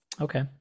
Okay